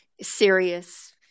serious